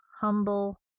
humble